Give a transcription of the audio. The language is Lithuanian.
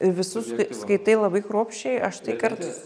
ir visus skai skaitai labai kruopščiai aš tai kartais